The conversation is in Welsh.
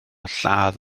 lladd